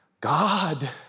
God